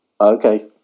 okay